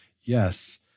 yes